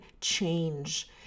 change